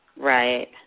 right